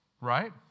right